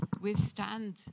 withstand